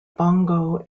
bongo